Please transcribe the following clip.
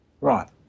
Right